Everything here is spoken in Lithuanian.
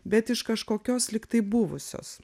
bet iš kažkokios lygtai buvusios